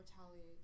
retaliate